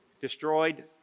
destroyed